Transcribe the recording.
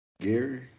Gary